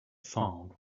found